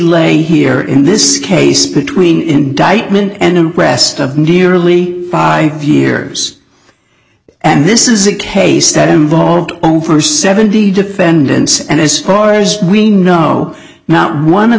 lay here in this case between indictment and west of nearly five years and this is a case that involved over seventy defendants and as far as we know now one of